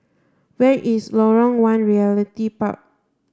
where is Lorong one Realty Park